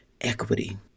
equity